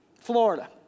Florida